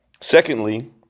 Secondly